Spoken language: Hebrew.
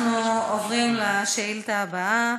אנחנו עוברים לשאילתה הבאה,